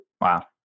Wow